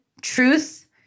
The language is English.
truth